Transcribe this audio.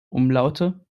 umlaute